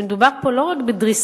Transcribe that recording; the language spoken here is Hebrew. ומדובר פה לא רק בדריסה,